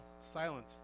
silent